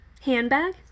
Handbag